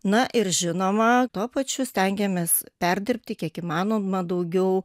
na ir žinoma tuo pačiu stengiamės perdirbti kiek įmanoma daugiau